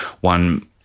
one